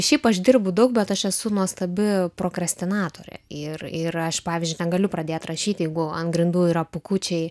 tai šiaip aš dirbu daug bet aš esu nuostabi prokrestinatorė ir ir aš pavyzdžiui negaliu pradėt rašyti jeigu ant grindų yra pūkučiai